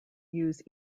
use